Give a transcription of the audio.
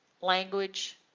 language